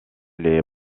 les